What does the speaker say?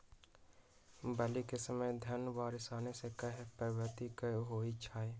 बली क समय धन बारिस आने से कहे पभवित होई छई?